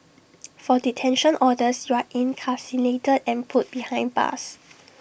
for detention orders you're incarcerated and put behind bars